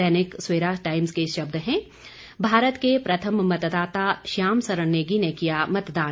दैनिक सवेरा के शब्द हैं भारत के प्रथम मतदाता श्याम सरण नेगी ने किया मतदान